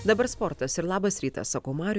dabar sportas ir labas rytas sakau mariui